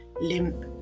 limp